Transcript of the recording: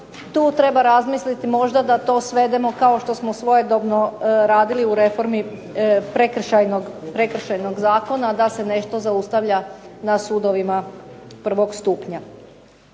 tu treba razmisliti možda da to svedemo kao što smo svojedobno radili u reformi Prekršajnog zakona, da se nešto zaustavlja na sudovima prvog stupnja.